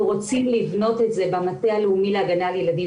אנחנו רוצים לבנות את זה במטה הלאומי להגנה על ילדים